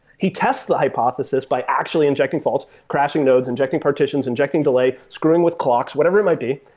he tests the hypothesis by actually injecting faults, crashing nodes, injecting partitions, injecting delay, screwing with clocks, whatever it might be.